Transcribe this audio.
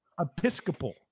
Episcopal